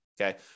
okay